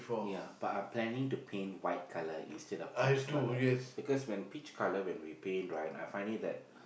ya but I planning to paint white colour instead of peach colour because when peach colour when we paint right I find it that